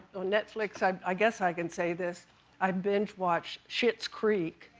netflix i i guess i can say this i binge watch schitt's creek.